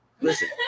Listen